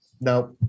Now